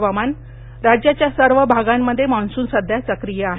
हवामानः राज्याच्या सर्व भागांमध्ये मान्सून सध्या सक्रीय आहे